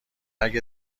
اگه